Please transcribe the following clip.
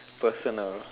personal